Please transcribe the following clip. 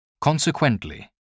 consequently